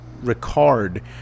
Ricard